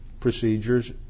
procedures